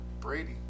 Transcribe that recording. Brady